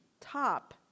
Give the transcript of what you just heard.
top